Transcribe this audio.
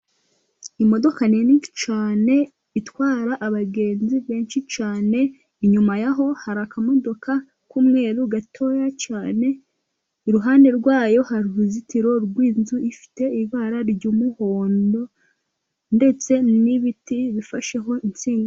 Imodoka nini cyane itwara abagenzi benshi cyane. Inyuma yaho hari akamodoka k'umweru gatoya cyane, iruhande rwayo hari uruzitiro rw'inzu, ifite ibara ry'umuhondo ndetse n'ibiti bifasheho insinga.